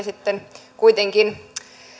sitten kuitenkin